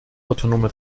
autonome